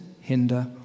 hinder